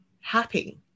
happy